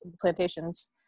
plantations